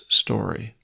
story